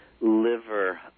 liver